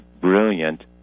brilliant